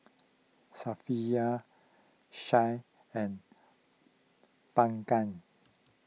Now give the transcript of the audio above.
Syafiqah Shah and Bunga